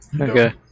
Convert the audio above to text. okay